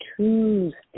Tuesday